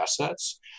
assets